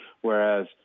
Whereas